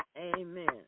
Amen